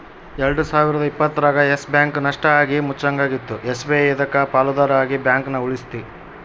ಎಲ್ಡು ಸಾವಿರದ ಇಪ್ಪತ್ತರಾಗ ಯಸ್ ಬ್ಯಾಂಕ್ ನಷ್ಟ ಆಗಿ ಮುಚ್ಚಂಗಾಗಿತ್ತು ಎಸ್.ಬಿ.ಐ ಇದಕ್ಕ ಪಾಲುದಾರ ಆಗಿ ಬ್ಯಾಂಕನ ಉಳಿಸ್ತಿ